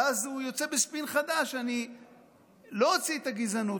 ואז הוא יוצא בספין חדש: אני לא אוציא את הגזענות,